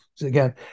again